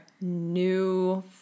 new